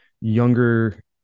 younger